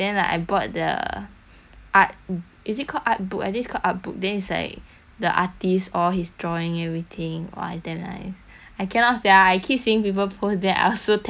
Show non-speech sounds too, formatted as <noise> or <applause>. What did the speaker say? art is it called artbook I think it's called artbook then it's like the artist all his drawing everything !wah! damn nice I cannot sia I keep seeing people post then I was so tempted to <laughs> buy then I went to buy